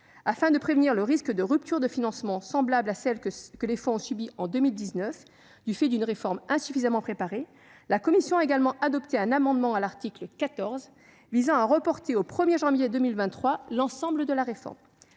Afin de prévenir le risque de ruptures de financement semblables à celles que les fonds ont subies en 2019 du fait d'une réforme insuffisamment préparée, la commission a également adopté, à l'article 14, un amendement visant à reporter au 1 janvier 2023 l'ensemble de la réforme.